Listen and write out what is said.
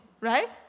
right